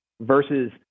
versus